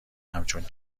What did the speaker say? همچون